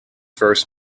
first